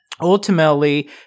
Ultimately